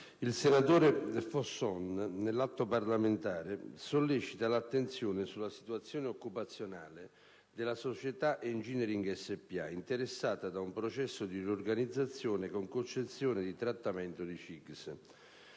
il senatore Fosson nel presente atto parlamentare sollecita l'attenzione sulla situazione occupazionale della società Engineering spa, interessata da un processo di riorganizzazione con concessione di trattamento di CIGS.